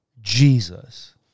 Jesus